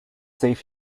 safe